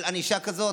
על ענישה כזאת?